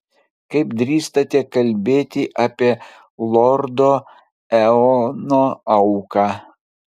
kaip drįstate kalbėti apie lordo eono auką